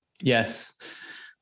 Yes